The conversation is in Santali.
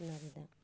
ᱟᱯᱱᱟᱨ ᱮᱫᱟ